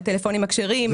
לטלפונים הכשרים.